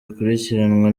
bakurikiranwa